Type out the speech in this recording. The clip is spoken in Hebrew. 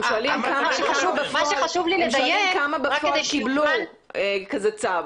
הם שואלים כמה בפועל קיבלו כזה צו.